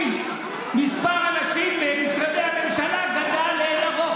מספר הנשים במשרדי הממשלה גדל לאין ערוך,